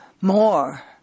More